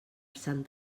sant